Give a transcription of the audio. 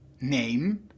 name